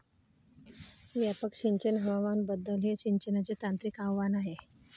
व्यापक सिंचन हवामान बदल हे सिंचनाचे तांत्रिक आव्हान आहे